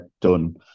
done